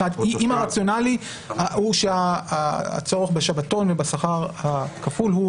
אם הרציונל הוא שהצורך בשבתון ובשכר הכפול הוא